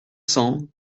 cents